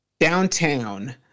Downtown